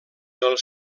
del